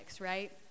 right